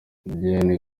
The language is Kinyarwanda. diane